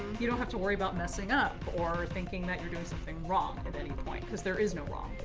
you don't have to worry about messing up, or thinking that you're doing something wrong at any point, because there is no wrong.